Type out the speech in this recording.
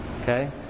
Okay